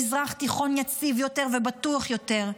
מזרח תיכון יציב יותר ובטוח יותר.